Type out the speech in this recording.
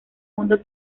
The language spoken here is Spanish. mundo